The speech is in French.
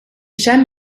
cham